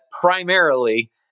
primarily